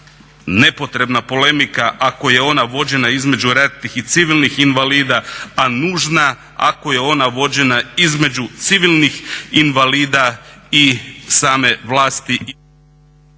nepotrebna polemika a koja je ona vođena između ratnih i civilnih invalida, a nužna ako je ona vođena između civilnih invalida i same vlasti